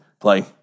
play